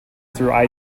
through